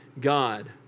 God